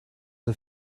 the